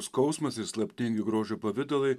skausmas ir slaptingi grožio pavidalai